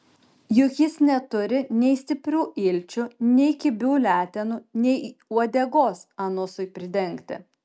juk jis neturi nei stiprių ilčių nei kibių letenų nei uodegos anusui pridengti